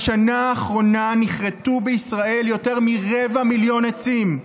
בשנה האחרונה נכרתו בישראל יותר מרבע מיליון עצים,